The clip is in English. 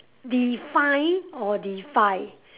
define or defy